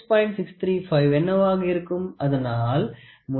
635 என்னவாக இருக்கும் அதனால் முதலில் 1